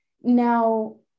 now